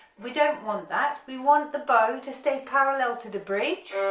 we don't want that, we want the bow to stay parallel to the bridge